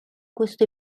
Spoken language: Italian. questo